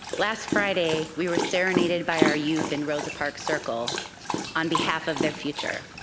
last friday, we were serenaded by our youth in rosa park circle on behalf of their future.